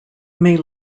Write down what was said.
may